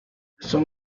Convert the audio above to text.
son